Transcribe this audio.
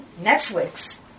Netflix